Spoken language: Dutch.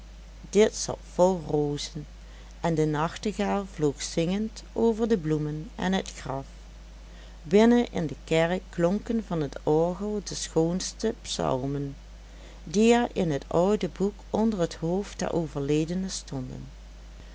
dit zat vol rozen en de nachtegaal vloog zingend over de bloemen en het graf binnen in de kerk klonken van het orgel de schoonste psalmen die er in het oude boek onder het hoofd der overledene stonden